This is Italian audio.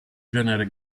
genere